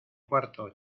cuarto